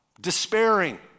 despairing